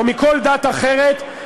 או מכל דת אחרת,